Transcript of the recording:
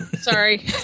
Sorry